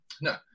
no